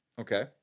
Okay